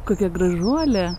kokia gražuolė